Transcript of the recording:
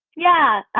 yeah,